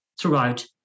throughout